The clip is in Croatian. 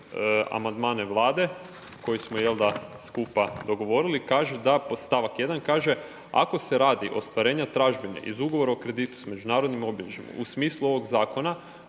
amandmana Vlade koji smo jel da, skupa dogovorili, kaže da podstavak 1. kaže „ ako se radi ostvarena tražbine iz ugovora o kreditu s međunarodnim obilježjima u smislu ovog zakona,